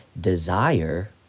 desire